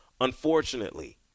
Unfortunately